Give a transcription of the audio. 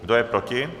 Kdo je proti?